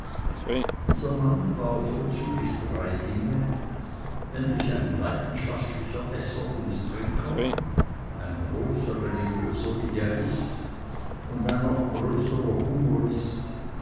dieser mann war vorzüglich drei dinge nämlich ein leidenschaftlicher esser und trinker ein großer religiöser idealist und ein noch größerer humorist